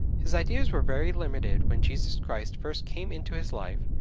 his ideas were very limited when jesus christ first came into his life,